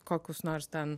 kokius nors ten